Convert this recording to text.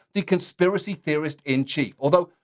the conspiracy theorist in chief. although,